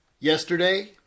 Yesterday